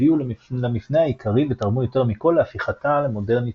הביאו למפנה העיקרי ותרמו יותר מכל להפיכתה למודרנית